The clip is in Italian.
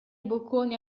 bocconi